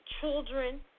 children